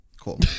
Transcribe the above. Cool